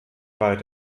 weit